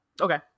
Okay